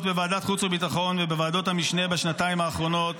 בוועדת החוץ והביטחון ובוועדות המשנה בשנתיים האחרונות.